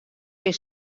syn